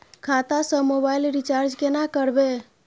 खाता स mobile recharge केना करबे?